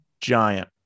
giant